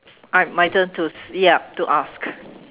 uh my turn to yup to ask